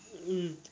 mm